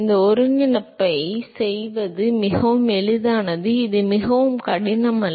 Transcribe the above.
இந்த ஒருங்கிணைப்பைச் செய்வது மிகவும் எளிதானது இது மிகவும் கடினம் அல்ல